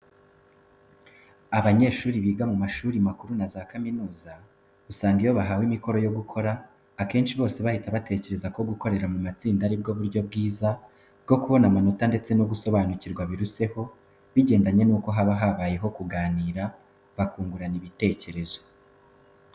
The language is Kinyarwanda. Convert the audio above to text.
Abanyeshuri biga mu mashuri makuru na za kaminuza, usanga iyo bahawe imikoro yo gukora, akenshi bose bahita batekereza ko gukorera mu matsinda ari bwo buryo bwiza bwo kubona amanota ndetse no gusobanukirwa biruseho, bigendanye nuko haba habayeho kuganira, bakungurana ibitekerezo.